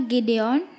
Gideon